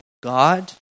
God